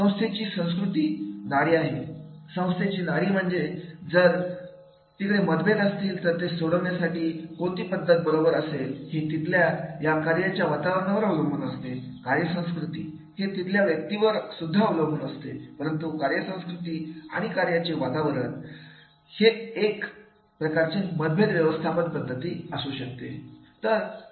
संस्थेची संस्कृती नाडी आहे संस्थेची नाडी म्हणजे जर तिकडे मतभेद असतील तर ते सोडवण्यासाठी कोणती पद्धत बरोबर असेल हे तिथल्या या कार्याच्या वातावरणावर अवलंबून असते कार्यसंस्कृती हे तिथल्या व्यक्तीवर सुद्धा अवलंबून असते परंतु कार्यसंस्कृती आणि कार्याचे वातावरण हे एक प्रकारचे मतभेद व्यवस्थापनाची पद्धती असू शकते